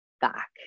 back